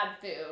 food